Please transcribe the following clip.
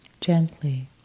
gently